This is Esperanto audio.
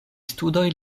studoj